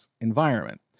environment